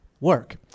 work